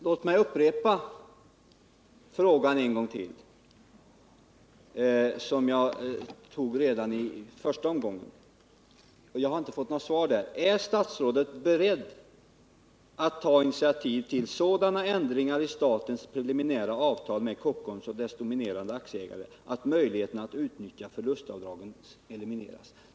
Låt mig en gång till upprepa den fråga som jag ställde redan i mitt första anförande och som jag ännu inte har fått något svar på: Är statsrådet beredd att ta initiativ till sådana ändringar i statens primära avtal med Kockums och dess dominerande aktieägare att möjligheterna att utnyttja förlustavdrag elimineras?